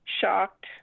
shocked